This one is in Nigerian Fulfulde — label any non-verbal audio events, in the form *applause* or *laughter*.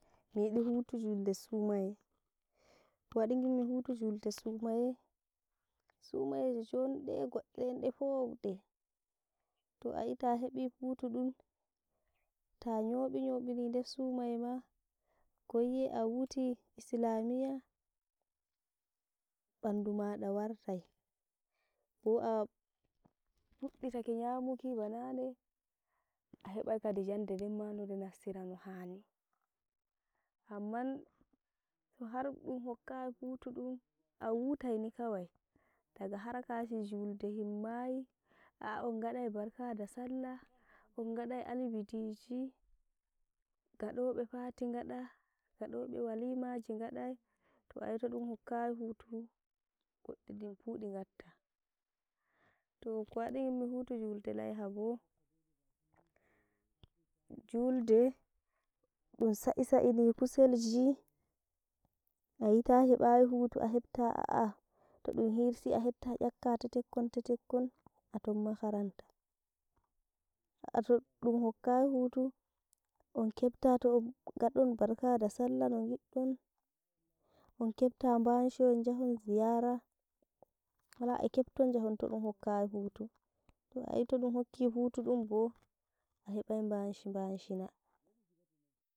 Mii yidii hutu julɗe sumaye, kowadii ngimmi hutu julɗe sumaye, *noise* sumayeje jon de'eh godɗe ɗen ɗe powdee, to ayii taa hebii futu dum, taa nyobi- nyobini des sumaye maa, kowii'eeh aa wuitii islamiya bandu maada wartai, bo a *noise* fuddi take nyaamuki ba naane aa hebaii janɗe den maa mode nastiraa no haani, amman tohar ɗum hokkayii hutu ɗum, aa wuitaii ni kawai daga harkaji julɗe timmayii, a'ah on ngaɗaii barka da sallah, on ngaɗɗai alibidijii, gado be *unintelligible* ngaɗa, ngado be walimaji ngaɗaii, too ayi todum hokkai hutu godɗiɗin fuu di ngatta. Too kowadi ngimmi hutu julɗe laiha boo, julɗe ɗum sai-sa'inii kuselji, ayi taa hebayi hutu aa heptaa *hesitation* todum hirsii ahepta nyakka tetekkon-tetekkon, aton makaranta *hesitation* too ɗum hokkayii hutu on keptaa to-on ngaɗon barka da sallah no gidɗon, on keptaa baanshoyon jahon ziyara wala eeh kepto jahon todum hokayii hutu, to ayii todum hokki hutu dum boo, a hebaii banshi-bashina.